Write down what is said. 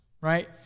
right